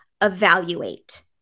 evaluate